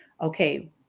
Okay